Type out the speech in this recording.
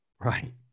Right